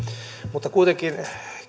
mutta kuitenkin